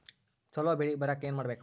ಛಲೋ ಬೆಳಿ ಬರಾಕ ಏನ್ ಮಾಡ್ಬೇಕ್?